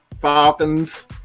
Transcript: Falcons